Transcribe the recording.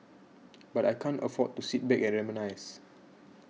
but I can't afford to sit back and reminisce